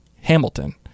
Hamilton